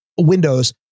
windows